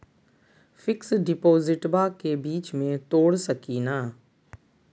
Fix डिपोजिटबा के बीच में तोड़ सकी ना?